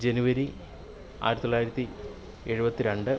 ജനുവരി ആയിരത്തി തൊള്ളായിരത്തി എഴുപത്തിരണ്ട്